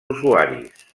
usuaris